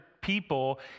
people